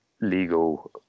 legal